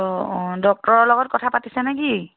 অঁ অঁ ডক্টৰৰ লগত কথা পাতিছেনে কি